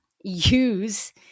use